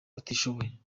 batishoboye